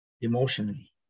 emotionally